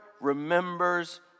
remembers